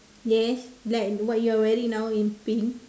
yes like what you are wearing now in pink